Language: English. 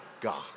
God